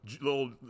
little